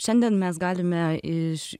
šiandien mes galime iš